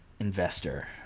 Investor